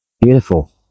beautiful